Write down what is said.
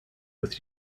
with